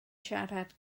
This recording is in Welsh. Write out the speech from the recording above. siarad